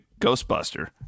Ghostbuster